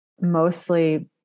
mostly